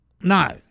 no